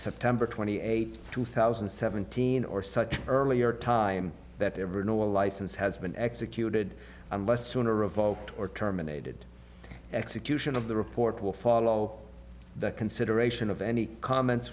september twenty eighth two thousand and seventeen or such earlier time that ever no a license has been executed unless sooner revoked or terminated execution of the report will follow the consideration of any comments